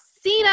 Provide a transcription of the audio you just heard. cena